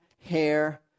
hair